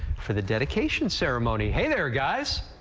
for the dedication ceremony, hey there guys.